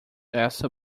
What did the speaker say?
essa